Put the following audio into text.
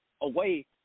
away